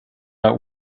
about